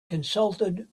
consulted